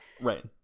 right